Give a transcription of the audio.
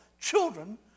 children